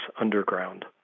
underground